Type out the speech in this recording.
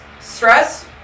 Stress